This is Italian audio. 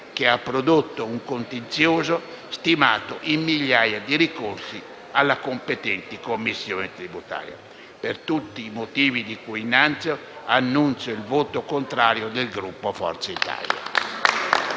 che ha prodotto un contenzioso stimato in migliaia di ricorsi alle competenti commissioni tributarie. Per tutti i motivi di cui innanzi, annuncio il voto contrario del Gruppo di Forza Italia.